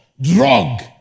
drug